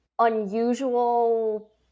unusual